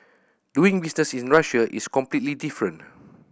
doing business in Russia is completely different